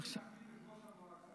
אחרי שיחליפו שם את ראש המועצה.